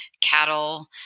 cattle